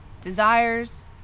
desires